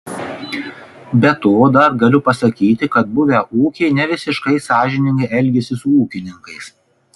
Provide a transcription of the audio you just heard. be to dar galiu pasakyti kad buvę ūkiai nevisiškai sąžiningai elgiasi su ūkininkais